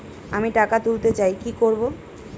আমি টাকা তুলতে চাই কি করব?